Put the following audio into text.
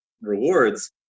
rewards